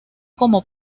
como